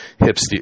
hipster